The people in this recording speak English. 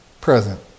present